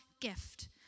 gift